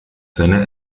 seine